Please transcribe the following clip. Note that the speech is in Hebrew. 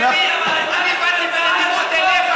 כי אני באתי בנדיבות אליך.